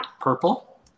Purple